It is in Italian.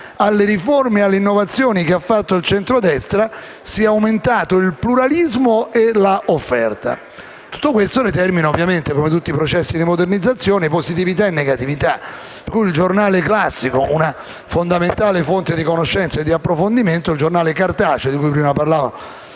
alle riforme che ha fatto il centrodestra, si è aumentato il pluralismo e l'offerta. Tutto ciò determina, ovviamente, come tutti i processi di modernizzazione, positività e negatività, per cui il giornale classico, una fondamentale forma di conoscenza e di approfondimento, il giornale cartaceo di cui prima parlavano